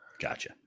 Gotcha